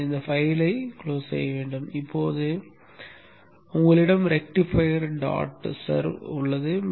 எனவே இப்போது உங்களிடம் ரெக்டிஃபையர் டாட் சர்வும் உள்ளது இங்கே